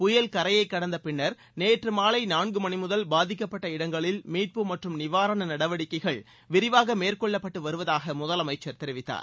புயல் கரையைக் கடந்த பின்னர் நேற்று மாலை நான்கு மணிமுதல் பாதிக்கப்பட்ட இடங்களில் மீட்பு மற்றும் நிவாரண நடவடிக்கைள் விரிவாக மேற்கொள்ளப்பட்டு வருவதாக முதலமைச்சர் தெரிவித்தார்